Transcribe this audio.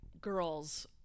girls